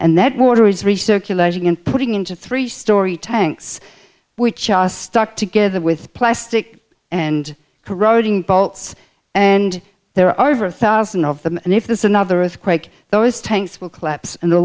and putting into three story tanks which are stuck together with plastic and corroding bolts and there are over a thousand of them and if there's another earthquake those tanks will collapse and the